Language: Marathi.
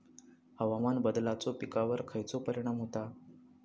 हवामान बदलाचो पिकावर खयचो परिणाम होता?